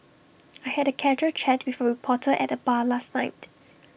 I had A casual chat with A reporter at the bar last night